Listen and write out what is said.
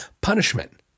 punishment